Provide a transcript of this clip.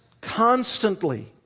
constantly